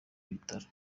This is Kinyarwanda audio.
bitaro